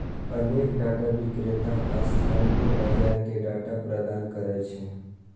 अनेक डाटा विक्रेता स्थानीय बाजार कें डाटा प्रदान करै छै